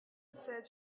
said